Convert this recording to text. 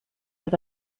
are